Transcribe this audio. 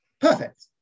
Perfect